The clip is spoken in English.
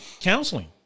counseling